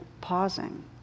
pausing